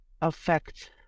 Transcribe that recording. affect